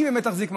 באמת תחזיק מעמד.